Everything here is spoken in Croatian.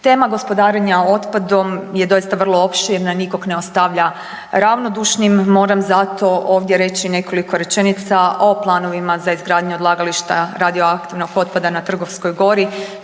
Tema gospodarenja otpadom je doista vrlo opširna, nikoga ne ostavlja ravnodušnim moram zato ovdje reći nekoliko rečenica o planovima za izgradnju odlagališta radioaktivnog otpada na Trgovskoj gori